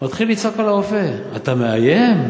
מתחיל לצעוק על הרופא: אתה מאיים?